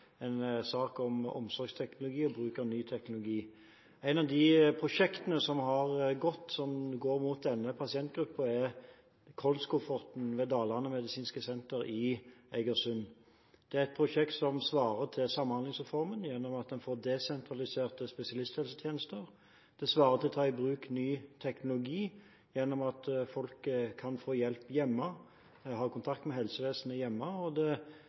en sak om omsorgsteknologi og bruk av ny teknologi. Et av de prosjektene som gjelder denne pasientgruppen, er KOLS-kofferten ved Dalane Distriktsmedisinske Senter i Egersund. Det er et prosjekt som svarer til Samhandlingsreformen gjennom at en får desentraliserte spesialisthelsetjenester. Det svarer til å ta i bruk ny teknologi ved at folk kan få hjelp hjemme, kan ha kontakt med helsevesenet hjemme, og det